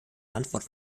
antwort